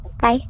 Bye